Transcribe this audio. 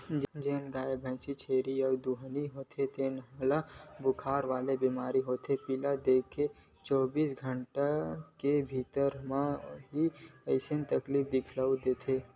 जेन गाय, भइसी, छेरी ह दुहानी होथे तेन ल बुखार वाला बेमारी ह होथे पिला देके चौबीस घंटा के भीतरी म ही ऐ तकलीफ दिखउल देथे